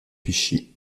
fichiers